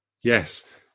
Yes